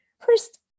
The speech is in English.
first